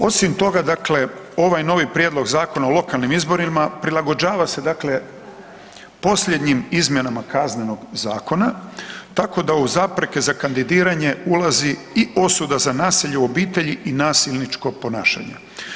Osim toga, dakle, ovaj novi Prijedlog Zakona o lokalnim izborima prilagođava se dakle posljednjim izmjenama Kaznenog zakona, tako da uz zapreke za kandidiranje ulazi i osuda za nasilje u obitelji i nasilničko ponašanje.